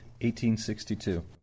1862